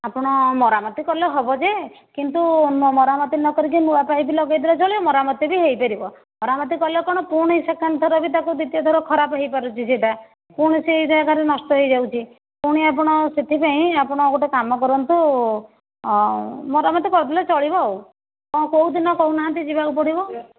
ଆପଣ ମରାମତି କଲେ ହେବ ଯେ କିନ୍ତୁ ମରାମତି ନ କରିକି ନୂଆ ପାଇପ୍ ଲଗାଇ ଦେଲେ ଚଳିବ ମରାମତି ବି ହୋଇପାରିବ ମରାମତି କଲେ କ'ଣ ପୁଣି ସେକେଣ୍ଡ ଥର ବି ତାକୁ ଦ୍ୱିତୀୟ ଥର ଖରାପ ହୋଇପାରୁଛି ସେଇଟା ପୁଣି ସେଇଟା ନଷ୍ଟ ହୋଇ ଯାଉଛି ପୁଣି ଆପଣ ସେଥିପାଇଁ ଆପଣ ଗୋଟେ କାମ କରନ୍ତୁ ମରାମତି କରିଦେଲେ ଚଳିବ ଆଉ କ'ଣ କେଉଁଦିନ କହୁନାହାନ୍ତି ଯିବାକୁ ପଡ଼ିବ